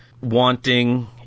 wanting